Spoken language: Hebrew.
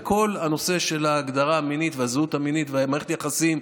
בכל הנושא של ההגדרה המינית והזהות המינית ומערכת היחסים,